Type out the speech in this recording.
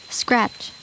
scratch